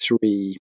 three